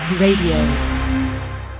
Radio